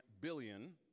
billion